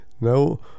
No